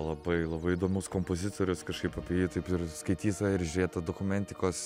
labai labai įdomus kompozitorius kažkaip apie jį taip ir skaityta ir žiūrėta dokumentikos